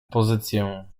pozycję